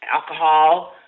alcohol